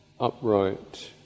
upright